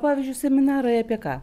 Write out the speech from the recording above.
pavyzdžiui seminarai apie ką